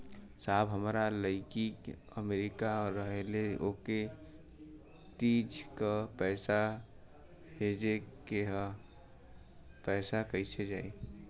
साहब हमार लईकी अमेरिका रहेले ओके तीज क पैसा भेजे के ह पैसा कईसे जाई?